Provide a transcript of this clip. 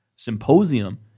symposium